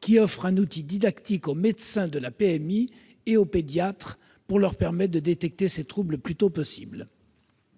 qui offrent un outil didactique aux médecins de la PMI et aux pédiatres pour leur permettre de détecter ces troubles le plus tôt possible.